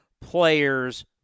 players